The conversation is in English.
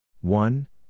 one